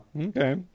Okay